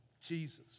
Jesus